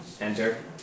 enter